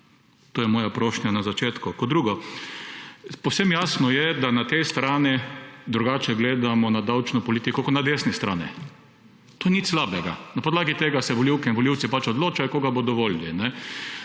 To je moja prošnja na začetku. Povsem jasno je, da na tej strani drugače gledamo na davčno politiko kot na desni strani. To ni nič slabega. Na podlagi tega se volivke in volivci odločajo, koga bodo volili.